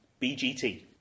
BGT